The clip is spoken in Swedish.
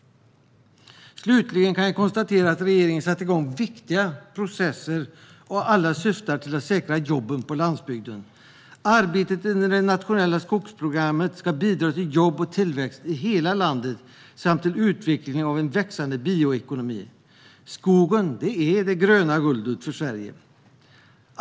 Slutligen kan jag konstatera att regeringen har satt igång viktiga processer, och alla syftar till att säkra jobben på landsbygden. Arbetet inom det nationella skogsprogrammet ska bidra till jobb och tillväxt i hela landet samt till utvecklingen av en växande bioekonomi. Skogen är det gröna guldet för Sverige.